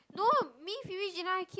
no me Phoebe Gina keep